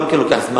זה גם כן לוקח זמן,